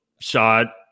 shot